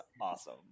awesome